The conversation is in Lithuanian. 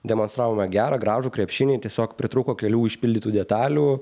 demonstravome gerą gražų krepšinį tiesiog pritrūko kelių išpildytų detalių